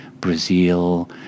Brazil